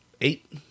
eight